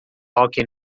hóquei